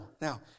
Now